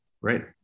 Right